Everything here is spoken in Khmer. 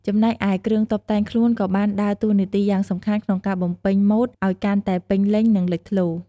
ចំណែកឯ គ្រឿងតុបតែងខ្លួនក៏បានដើរតួនាទីយ៉ាងសំខាន់ក្នុងការបំពេញម៉ូដឲ្យកាន់តែពេញលេញ និងលេចធ្លោ។